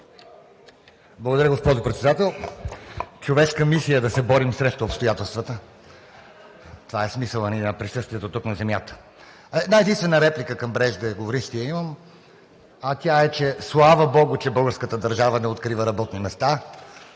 Благодаря, госпожо Председател. Човешка мисия е да се борим срещу обстоятелствата. Това е смисълът на присъствието ни тук, на Земята. Една-единствена реплика към преждеговорившия имам, а тя е: слава богу, че българската държава не открива работни места.